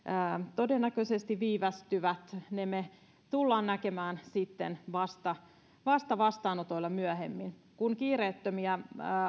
todennäköisesti viivästyvät ja ne me tulemme näkemään vasta myöhemmin sitten vastaanotoilla kun kiireettömiä